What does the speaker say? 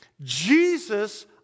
Jesus